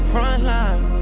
Frontline